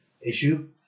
issue